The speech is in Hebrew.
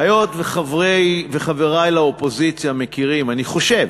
היות שחברי לאופוזיציה מכירים, אני חושב,